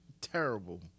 terrible